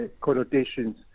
connotations